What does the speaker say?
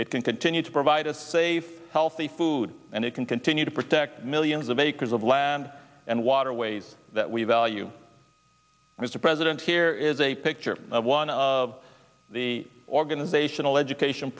it can continue to provide a safe healthy food and it can continue to protect millions of acres of land and waterways that we value mr president here is a picture of one of the organizational education